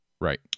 Right